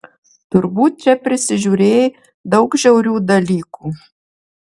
turbūt čia prisižiūrėjai daug žiaurių dalykų